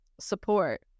support